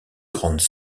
grandes